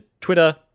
twitter